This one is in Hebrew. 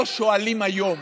לא שואלים היום